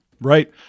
Right